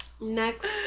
Next